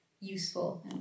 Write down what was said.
useful